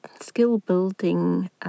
skill-building